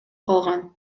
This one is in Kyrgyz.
калган